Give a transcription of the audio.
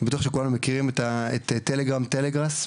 בטוח שכולנו מכירים את טלגרם או טלגראס,